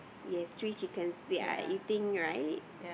yes three chickens they are eating right